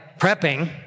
prepping